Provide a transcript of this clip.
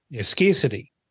scarcity